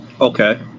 Okay